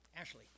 Ashley